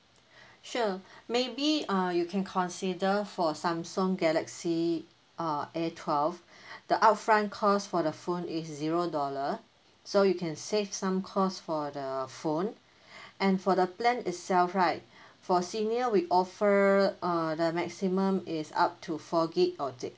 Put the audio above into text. sure maybe uh you can consider for samsung galaxy uh A twelve the upfront cost for the phone is zero dollar so you can save some cost for the phone and for the plan itself right for senior we offer uh the maximum is up to four gig of da~